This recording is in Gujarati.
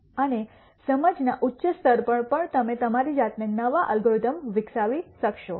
અને સમજના ઉચ્ચ સ્તર પર પણ તમે તમારી જાતે નવા એલ્ગોરિધમ્સ વિકસાવી શકશો